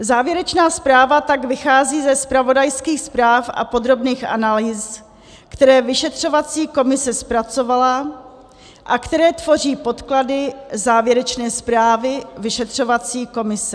Závěrečná zpráva tak vychází ze zpravodajských zpráv a podrobných analýz, které vyšetřovací komise zpracovala a které tvoří podklady závěrečné zprávy vyšetřovací komise.